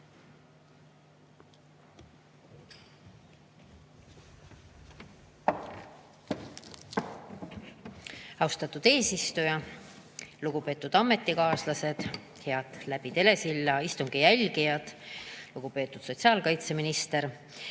Austatud eesistuja! Lugupeetud ametikaaslased! Head telesilla kaudu istungi jälgijad! Lugupeetud sotsiaalkaitseminister!